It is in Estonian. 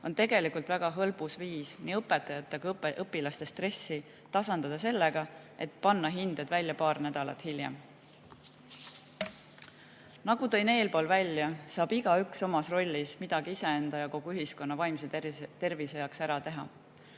on tegelikult väga hõlbus nii õpetajate kui õpilaste stressi tasandada sellega, et panna hindeid välja paar nädalat hiljem. Nagu ma eespool välja tõin, igaüks saab omas rollis midagi iseenda ja kogu ühiskonna vaimse tervise heaks ära teha.